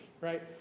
right